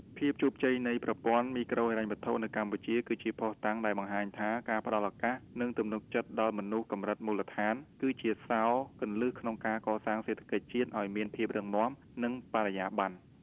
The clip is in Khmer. ភាពជោគជ័យនៃប្រព័ន្ធមីក្រូហិរញ្ញវត្ថុនៅកម្ពុជា គឺជាភស្តុតាងដែលបង្ហាញថា ការផ្តល់ឱកាស និងទំនុកចិត្តដល់មនុស្សកម្រិតមូលដ្ឋាន គឺជាសោរគន្លឹះក្នុងការកសាងសេដ្ឋកិច្ចជាតិឱ្យមានភាពរឹងមាំ និងបរិយាបន្ន។